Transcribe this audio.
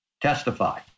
testify